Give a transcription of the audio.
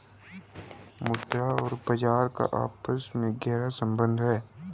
मुद्रा और बाजार का आपस में गहरा सम्बन्ध है